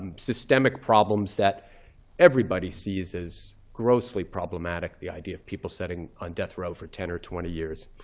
and systemic problems that everybody sees as grossly problematic, the idea of people sitting on death row for ten or twenty years.